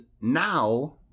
now